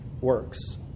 works